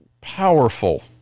powerful